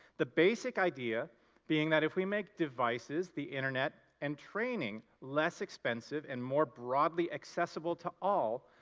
the basic idea being that if we make devices, the internet and training less expensive and more broadly accessible to all,